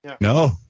No